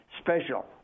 special